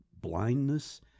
blindness